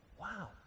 Wow